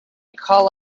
call